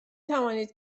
توانید